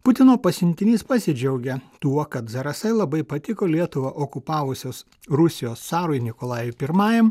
putino pasiuntinys pasidžiaugė tuo kad zarasai labai patiko lietuvą okupavusios rusijos carui nikolajui pirmajam